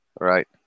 Right